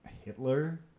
Hitler